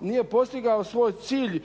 nije postigao svoj cilj